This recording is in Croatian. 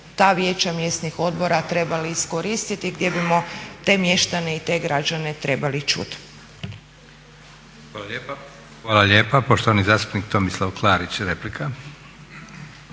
ta vijeća mjesnih odbora trebali iskoristiti, gdje bimo te mještane i te građane trebali čuti. **Leko, Josip (SDP)** Hvala lijepa. Poštovani zastupnik Tomislav Klarić, replika.